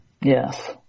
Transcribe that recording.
Yes